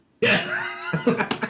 Yes